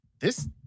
This-